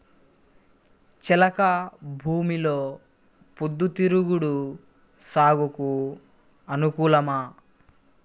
చెలక భూమిలో పొద్దు తిరుగుడు సాగుకు అనుకూలమా?